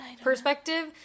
perspective